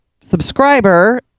subscriber